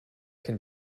can